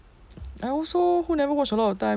I also who never watch a lot of times